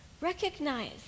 Recognize